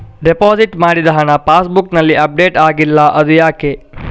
Deposit ಮಾಡಿದ ಹಣ ಪಾಸ್ ಬುಕ್ನಲ್ಲಿ ಅಪ್ಡೇಟ್ ಆಗಿಲ್ಲ ಅದು ಯಾಕೆ?